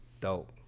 dope